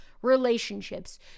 Relationships